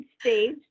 stage